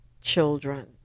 children